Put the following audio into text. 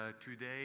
today